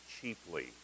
cheaply